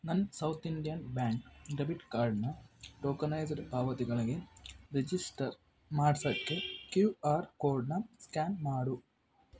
ನನ್ನ ಸೌಥ್ ಇಂಡಿಯನ್ ಬ್ಯಾಂಕ್ ಡೆಬಿಟ್ ಕಾರ್ಡನ್ನ ಟೋಕನೈಸ್ಡ್ ಪಾವತಿಗಳಿಗೆ ರಿಜಿಸ್ಟರ್ ಮಾಡ್ಸೋಕ್ಕೆ ಕ್ಯೂ ಆರ್ ಕೋಡನ್ನ ಸ್ಕ್ಯಾನ್ ಮಾಡು